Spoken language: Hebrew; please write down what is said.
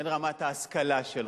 בין רמת ההשכלה שלך,